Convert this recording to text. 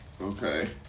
Okay